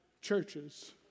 churches